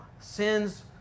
sins